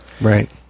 Right